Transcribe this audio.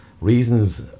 reasons